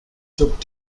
took